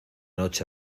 noche